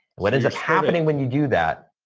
what is happening when you do that,